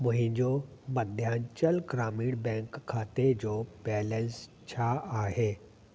मुंहिंजो मध्यांचल ग्रामीण बैंक खाते जो बैलेंस छा आहे